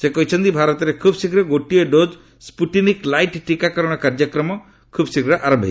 ସେ କହିଛନ୍ତି ଭାରତରେ ଖୁବ୍ ଶୀଘ୍ର ଗୋଟିଏ ଡୋଜ୍ ସ୍କୁଟିନିକ୍ ଲାଇଟ୍ ଟିକାକରଣ କାର୍ଯ୍ୟକ୍ରମ ଖୁବ୍ଶୀଘ୍ର ଆରମ୍ଭ ହେବ